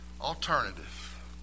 alternative